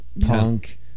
punk